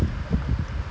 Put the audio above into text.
like them loh